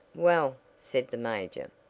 well, said the major,